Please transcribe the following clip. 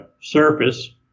surface